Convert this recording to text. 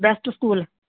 best school